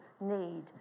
need